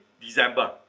December